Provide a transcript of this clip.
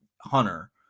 Hunter